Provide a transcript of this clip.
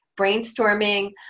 brainstorming